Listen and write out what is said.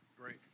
Great